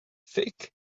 thick